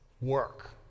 Work